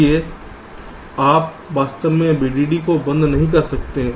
इसलिए आप वास्तव में VDD को बंद नहीं कर सकते